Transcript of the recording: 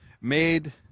made